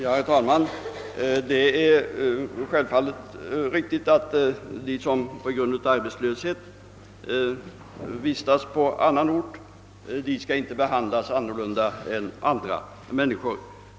Herr talman! Det är självfallet riktigt att de som på grund av arbetslöshet vistas på annan ort inte skall behandlas annorlunda än andra människor.